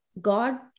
God